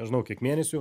nežinau kiek mėnesių